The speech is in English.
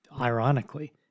ironically